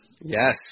Yes